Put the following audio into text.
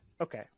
Okay